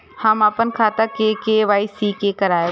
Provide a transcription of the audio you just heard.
हम अपन खाता के के.वाई.सी के करायब?